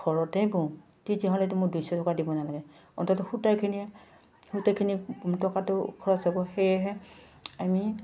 ঘৰতে বওঁ তেতিয়াহ'লেতো মোৰ দুইশ টকা দিব নালাগে অন্তত সূতাখিনিয়ে সূতাখিনি টকাটো খৰচ হ'ব সেয়েহে আমি